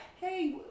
hey